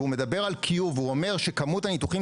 והוא מדבר על Q והוא אומר שכמות הניתוחים